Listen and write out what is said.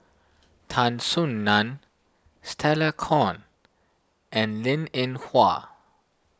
Tan Soo Nan Stella Kon and Linn in Hua